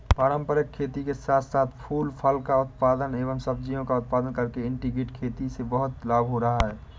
पारंपरिक खेती के साथ साथ फूल फल का उत्पादन एवं सब्जियों का उत्पादन करके इंटीग्रेटेड खेती से बहुत लाभ हो रहा है